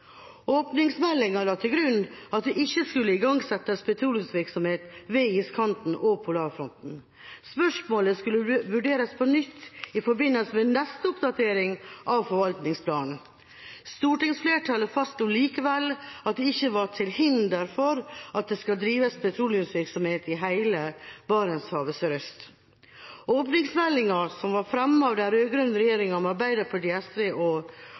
Åpningsmeldinga la til grunn at det ikke skulle igangsettes petroleumsvirksomhet ved iskanten og polarfronten. Spørsmålet skulle vurderes på nytt i forbindelse med neste oppdatering av forvaltningsplanen. Stortingsflertallet fastslo likevel at det ikke var til hinder for at det skal drives petroleumsvirksomhet i hele Barentshavet sørøst. Åpningsmeldinga, som ble fremmet av den rød-grønne regjeringa med Arbeiderpartiet, SV